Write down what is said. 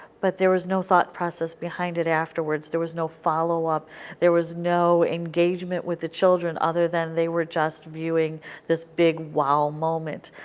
but there was no thought process behind it afterwards. there was no follow-up. there was no engagement with the children other than they were just viewing this big wow moment.